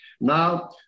Now